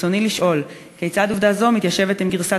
ברצוני לשאול: 1. כיצד עובדה זו מתיישבת עם גרסת